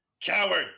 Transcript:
Coward